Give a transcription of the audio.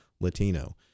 Latino